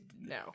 no